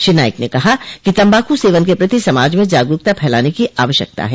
श्री नाईक ने कहा कि तम्बाकू सेवन के प्रति समाज में जागरूकता फैलाने की आवश्यकता है